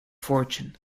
fortune